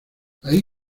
ahí